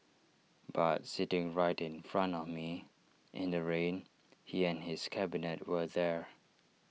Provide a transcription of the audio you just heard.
but sitting right in front of me in the rain he and his cabinet were there